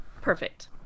perfect